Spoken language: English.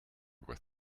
with